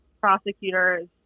prosecutors